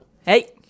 Hey